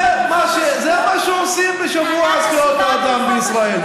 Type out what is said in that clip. זה מה שעושים בשבוע זכויות האדם בישראל.